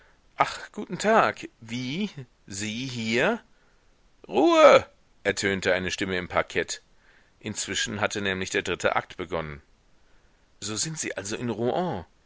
ach guten tag wie sie hier ruhe ertönte eine stimme im parkett inzwischen hatte nämlich der dritte akt begonnen so sind sie also in rouen